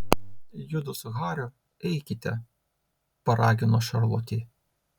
judu su hariu eikite paragino šarlotė